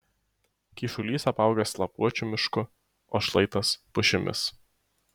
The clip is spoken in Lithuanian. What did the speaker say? kyšulys apaugęs lapuočių mišku o šlaitas pušimis